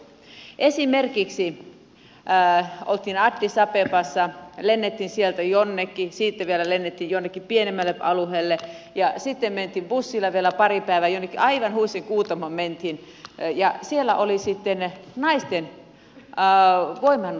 esimerkiksi oltiin addis abebassa lennettiin sieltä jonnekin siitä vielä lennettiin jonnekin pienemmälle alueelle ja sitten mentiin bussilla vielä pari päivää jonnekin aivan huitsin kuutamoon ja siellä oli sitten naisten voimaannuttamishanke